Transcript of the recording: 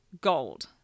gold